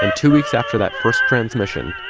and two weeks after that first transmission,